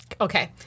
Okay